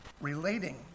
relating